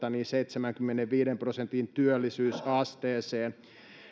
seitsemänkymmenenviiden prosentin työllisyysasteeseen